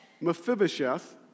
Mephibosheth